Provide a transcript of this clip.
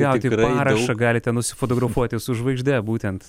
gauti parašą galite nusifotografuoti su žvaigžde būtent